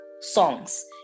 songs